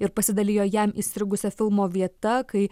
ir pasidalijo jam įstrigusio filmo vieta kai